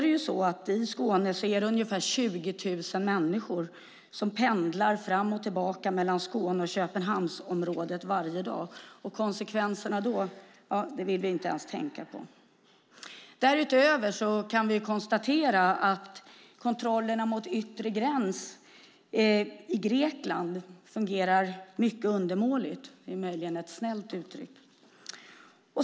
Ungefär 20 000 människor pendlar varje dag mellan Skåne och Köpenhamnsområdet. Konsekvenserna av sådana gränskontroller vill vi inte ens tänka på. Därutöver kan vi konstatera att kontrollerna mot yttre gräns i Grekland är mycket undermåliga - om man uttrycker det snällt.